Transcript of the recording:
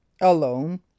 Alone